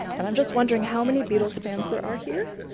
and i'm just wondering how many beatles fans there are here.